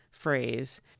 phrase